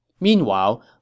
Meanwhile